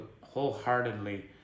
wholeheartedly